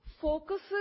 focuses